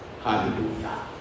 Hallelujah